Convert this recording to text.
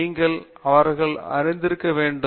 நீங்கள் அவர்களை அறிந்திருக்க வேண்டும்